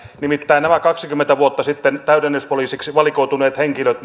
nimittäin nämä kaksikymmentä vuotta sitten täydennyspoliiseiksi valikoituneet henkilöt